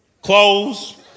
clothes